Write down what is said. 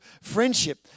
friendship